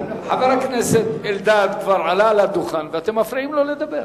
חבר הכנסת אלדד כבר עלה לדוכן ואתם מפריעים לו לדבר.